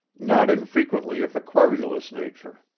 not infrequently of a querulous nature.